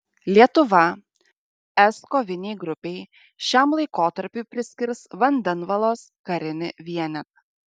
lietuva es kovinei grupei šiam laikotarpiui priskirs vandenvalos karinį vienetą